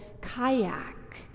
kayak